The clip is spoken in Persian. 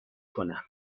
کنم